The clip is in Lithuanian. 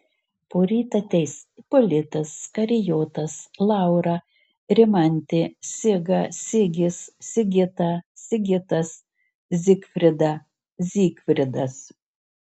poryt ateis ipolitas karijotas laura rimantė siga sigis sigita sigitas zigfrida zygfridas